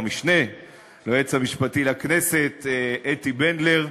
המשנה ליועץ המשפטי לכנסת אתי בנדלר,